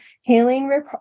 healing